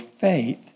faith